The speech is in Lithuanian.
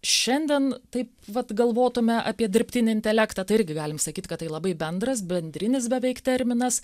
šiandien taip vat galvotume apie dirbtinį intelektą tai irgi galim sakyt kad tai labai bendras bendrinis beveik terminas